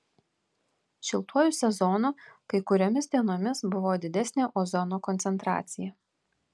šiltuoju sezonu kai kuriomis dienomis buvo didesnė ozono koncentracija